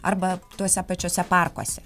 arba tuose pačiuose parkuose